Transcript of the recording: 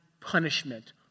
punishment